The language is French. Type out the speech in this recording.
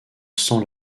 sans